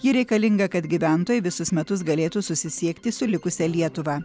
ji reikalinga kad gyventojai visus metus galėtų susisiekti su likusia lietuva